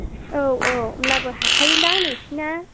औ औ होनब्लाबो हाखायोनदां नोंसोरना